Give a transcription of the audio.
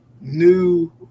new